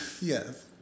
Yes